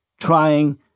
trying